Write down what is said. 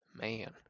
man